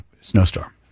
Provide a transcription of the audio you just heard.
snowstorm